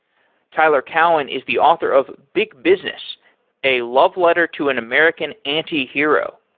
tyler cowen is the author of big business a love letter to an american anti-hero.